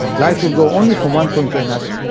light will go only from one point to another,